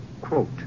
Quote